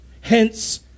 Hence